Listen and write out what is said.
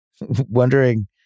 wondering